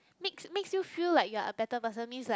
makes makes you feel like you are a better person means like